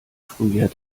frühjahr